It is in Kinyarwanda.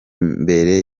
mbere